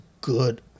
good